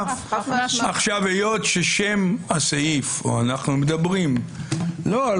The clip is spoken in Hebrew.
היות ושם הסעיף או אנחנו מדברים לא על